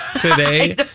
Today